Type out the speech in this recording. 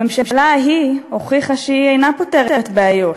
הממשלה ההיא הוכיחה שהיא אינה פותרת בעיות,